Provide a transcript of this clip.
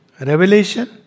Revelation